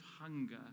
hunger